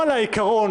זאת ההצעה.